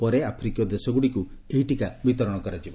ପରେ ଆଫ୍ରିକୀୟ ଦେଶଗ୍ରଡ଼ିକୁ ଏହି ଟୀକା ବିତରଣ କରାଯିବ